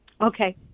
Okay